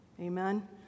Amen